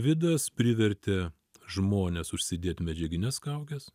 vidas privertė žmones užsidėt medžiagines kaukes